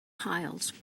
piles